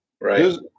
right